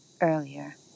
earlier